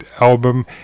album